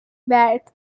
برگ